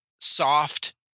soft